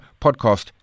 podcast